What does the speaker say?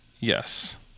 Yes